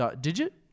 digit